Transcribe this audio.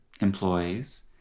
employees